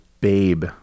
babe